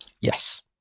Yes